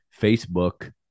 Facebook